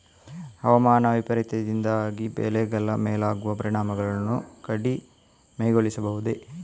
ಹವಾಮಾನ ವೈಪರೀತ್ಯದಿಂದಾಗಿ ಬೆಳೆಗಳ ಮೇಲಾಗುವ ಪರಿಣಾಮವನ್ನು ಕಡಿಮೆಗೊಳಿಸಬಹುದೇ?